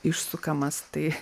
išsukamas tai